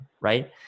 right